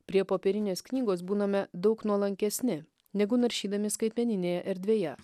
prie popierinės knygos būname daug nuolankesni negu naršydami skaitmeninėje erdvėje